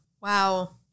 Wow